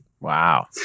Wow